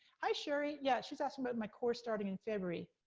hi, sherry, yes, she's asking about my course starting in february.